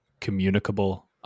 communicable